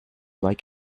like